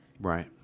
Right